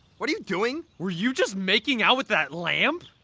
what are you doing? were you just making out with that lamp!